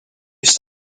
used